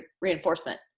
reinforcement